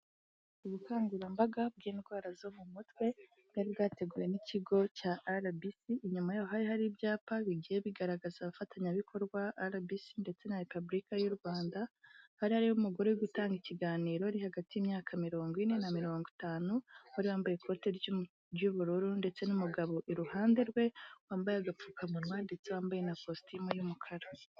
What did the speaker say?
Ubukangurambaga bw'indwara zo mu mutwe bwari bwateguwe n'Ikigo cya RBC, inyuma yaho hari hari ibyapa bigiye bigaragaza abafatanyabikorwa RBC ndetse na Repubulika y'u Rwanda, hari hariyo umugore uri gutanga ikiganiro uri hagati y'imyaka mirongo ine na mirongo itanu, wari wambaye ikoti ry'ubururu ndetse n'umugabo iruhande rwe wambaye agapfukamunwa ndetse wambaye na kositimu y'umukara.